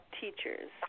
teachers